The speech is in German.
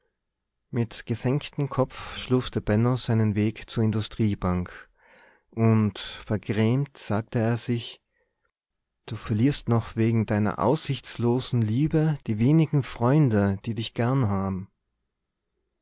mit gesenktem kopf schlürfte benno seinen weg zur industriebank und vergrämt sagte er sich du verlierst noch wegen deiner aussichtslosen liebe die wenigen freunde die dich gern haben